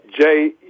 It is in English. Jay